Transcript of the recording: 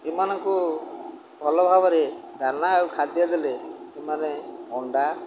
ଏମାନଙ୍କୁ ଭଲ ଭାବରେ ଦାନା ଆଉ ଖାଦ୍ୟ ଦେଲେ ସେମାନେ ଅଣ୍ଡା